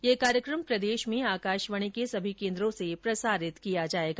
ये कार्यक्रम प्रदेश में आकाशवाणी के सभी केन्द्रों से प्रसारित किया जायेगा